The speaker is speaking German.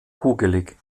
kugelig